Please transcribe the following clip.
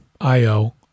IO